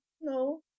no